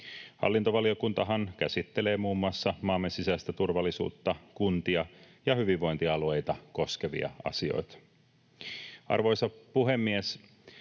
Hallintovaliokuntahan käsittelee muun muassa maamme sisäistä turvallisuutta, kuntia ja hyvinvointialueita koskevia asioita. Arvoisa puhemies!